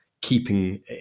keeping